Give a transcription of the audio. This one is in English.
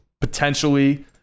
potentially